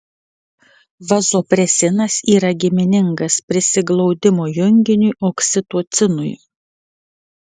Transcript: vazopresinas yra giminingas prisiglaudimo junginiui oksitocinui